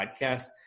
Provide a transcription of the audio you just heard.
podcast